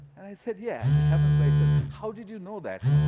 and i said, yeah, it happens by itself. how did you know that?